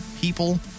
people